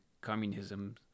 communism